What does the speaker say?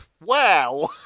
Wow